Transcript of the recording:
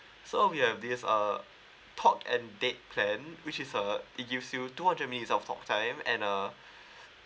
so we have this uh talk and date plan which is uh it gives you two hundred minutes of talk time and uh